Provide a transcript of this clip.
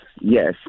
yes